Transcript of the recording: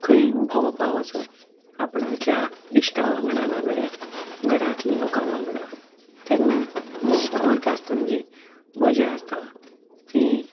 खंय भोंवपाक वचप आपणाच्या इश्टां वांगडा घरांतल्या लोकां वांगडा तेन्ना भोंवपाक वयता आसतना जी मजा आसता ती